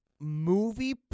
movie